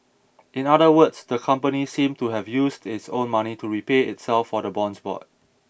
in other words the company seem to have used its own money to repay itself for the bonds bought